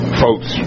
folks